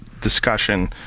discussion